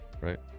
right